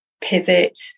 pivot